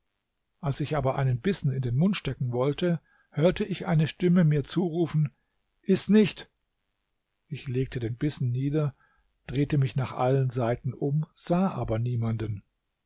als ich aber einen bissen in den mund stecken wollte hörte ich eine stimme mir zurufen iß nicht ich legte den bissen nieder drehte mich nach allen seiten um sah aber niemanden